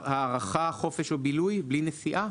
הארחה, חופש ובילוי, בלי נסיעה?